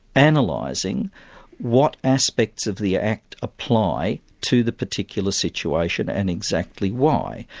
and analysing what aspects of the act apply to the particular situation and exactly why.